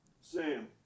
Sam